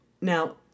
Now